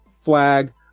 flag